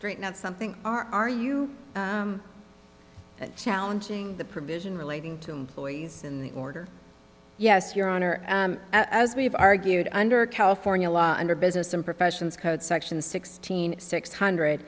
straighten out something are you challenging the provision relating to employees in the order yes your honor as we have argued under california law under business and professions code section sixteen six hundred